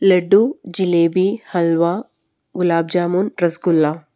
laddu jalebi halwa gulab jamun rasgulla